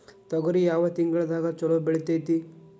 ತೊಗರಿ ಯಾವ ತಿಂಗಳದಾಗ ಛಲೋ ಬೆಳಿತೈತಿ?